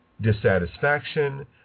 Dissatisfaction